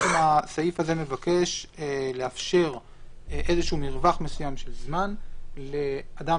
הסעיף הזה מבקש לאפשר מרווח זמן מסוים לאדם